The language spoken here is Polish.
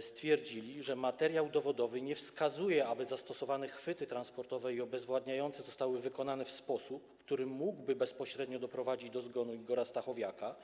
stwierdzili, że materiał dowodowy nie wskazuje, aby zastosowane chwyty transportowe i obezwładniające zostały wykonane w sposób, który mógłby bezpośrednio doprowadzić do zgonu pana Stachowiaka.